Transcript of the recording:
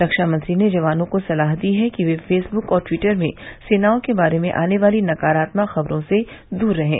रक्षा मंत्री ने जवानों को सलाह दी कि वे फेसबुक और ट्वीटर में सेनाओं के बारे में आने वाली नकारात्मक खबरों से दूर रहें